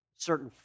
certain